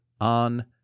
on